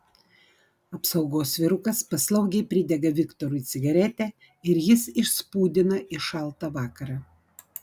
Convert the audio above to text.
apsaugos vyrukas paslaugiai pridega viktorui cigaretę ir jis išspūdina į šaltą vakarą